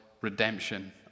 redemption